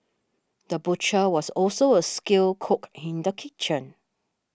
the butcher was also a skilled cook in the kitchen